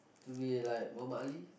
to be like Mohammad-Ali